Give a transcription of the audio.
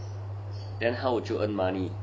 then how would you earn money